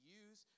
use